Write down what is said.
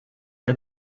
had